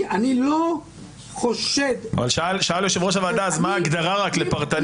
לכן אני חושב שאין שום דבר יוצא דופן בהצעה